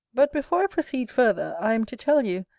but before i proceed further, i am to tell you,